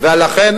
ולכן,